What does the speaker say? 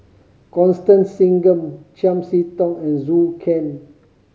Constance Singam Chiam See Tong and Zhou Can